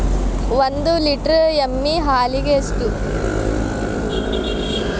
ಒಂದು ಲೇಟರ್ ಎಮ್ಮಿ ಹಾಲಿಗೆ ಎಷ್ಟು?